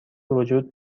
وجود